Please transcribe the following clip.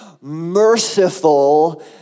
merciful